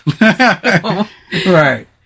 Right